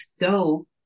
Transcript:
go